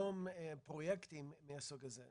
ליזום פרויקטים מהסוג הזה?